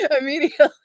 immediately